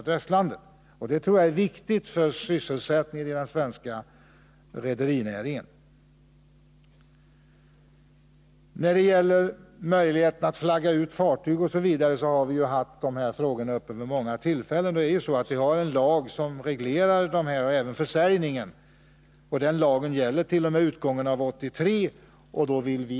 Det tror jag är viktigt för sysselsättningen i rederinäringen. Möjligheterna att flagga ut fartyg har vi haft uppe till diskussion vid många tillfällen. Vi har en lag som reglerar även försäljningar, och den gällert.o.m. utgången av 1983.